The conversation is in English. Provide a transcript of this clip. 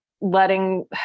letting